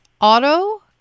auto-